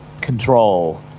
control